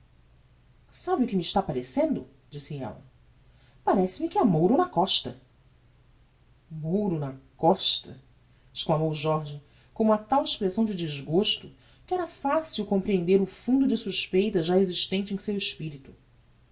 sabe o que me está parecendo disse ella parece-me que ha mouro na costa mouro na costa exclamou jorge com uma tal expressão de desgosto que era facil comprehender o fundo de suspeita já existente em seu espirito